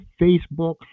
Facebook